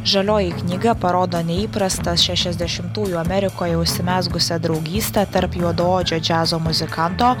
žalioji knyga parodo neįprastą šešiasdešimtųjų amerikoje užsimezgusią draugystę tarp juodaodžio džiazo muzikanto